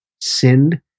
sinned